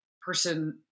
person